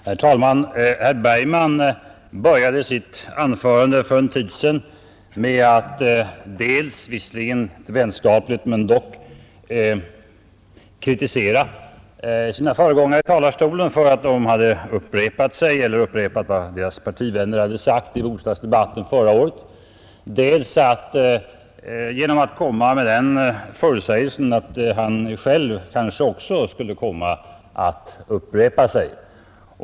Herr talman! Herr Bergman började sitt anförande för en tid sedan med att dels — visserligen vänskapligt — kritisera sina föregångare i talarstolen för att de upprepade vad de själva eller deras partivänner sagt i bostadsdebatten förra året, dels komma med den förutsägelsen att han själv kanske också skulle komma att upprepa sig.